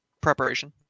preparation